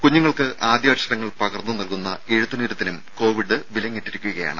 കുഞ്ഞുങ്ങൾക്ക് ആദ്യാക്ഷരങ്ങൾ പകർന്ന് നൽകുന്ന എഴുത്തിനിരുത്തിനും കോവിഡ് വിലങ്ങിട്ടിരിക്കുകയാണ്